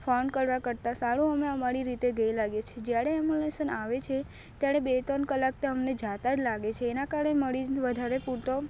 phone કરવા કરતાં સારું અમે અમારી રીતે ગયે લાગીએ છીએ જ્યારે એબુલેશન આવે છે ત્યારે બે ત્રણ કલાક તો અમને જતા જ લાગે છે એના કારણે મરીઝ વધારે પૂરતો